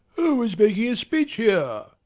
who is making a speech here?